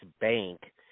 Bank